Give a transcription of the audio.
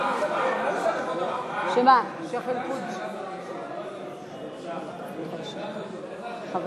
אנחנו נאפשר להביע את דברי חבר